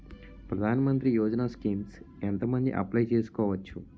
ప్రధాన మంత్రి యోజన స్కీమ్స్ ఎంత మంది అప్లయ్ చేసుకోవచ్చు?